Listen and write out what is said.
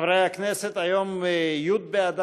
לקריאה שנייה ולקריאה שלישית: הצעת